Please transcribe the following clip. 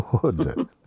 good